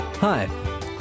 Hi